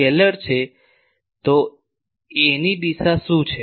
તો એ ની દિશા શું છે